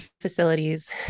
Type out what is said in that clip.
facilities